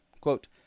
Quote